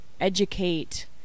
educate